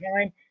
time